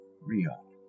real